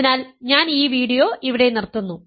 അതിനാൽ ഞാൻ ഈ വീഡിയോ ഇവിടെ നിർത്തുന്നു